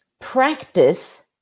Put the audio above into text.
practice